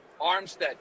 Armstead